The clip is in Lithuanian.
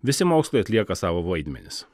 visi mokslai atlieka savo vaidmenis